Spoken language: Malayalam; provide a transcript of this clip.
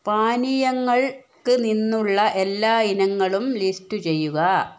പാനീയങ്ങൾക്ക് നിന്നുള്ള എല്ലാ ഇനങ്ങളും ലിസ്റ്റ് ചെയ്യുക